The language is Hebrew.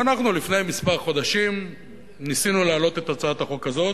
לפני כמה חודשים ניסינו להעלות את הצעת החוק הזאת.